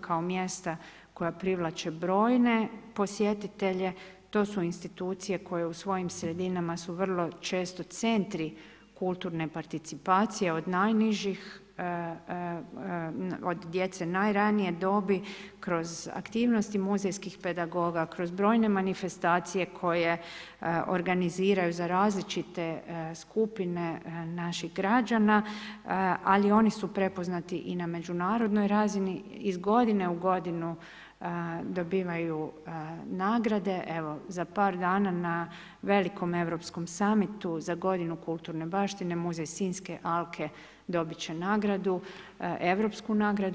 kao mjesta koja privlače brojne posjetitelje, to su institucije koje u svojim sredinama su vrlo često centri kulturne participacije od djece najranije dobi kroz aktivnosti muzejskih pedagoga, kroz brojne manifestacije koje organiziraju za različite skupine naših građana, ali oni su prepoznati i na međunarodnoj razini, iz godine u godinu dobivaju nagrade, evo za par dana na velikom europskom summitu za godinu kulturne baštine Muzej sinjske alke dobit će nagradu, europsku nagradu.